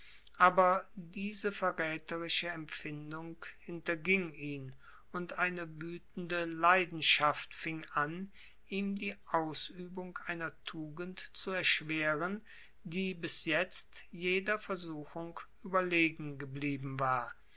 aber diese verräterische empfindung hinterging ihn und eine wütende leidenschaft fing an ihm die ausübung einer tugend zu erschweren die bis jetzt jeder versuchung überlegen geblieben war